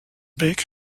beck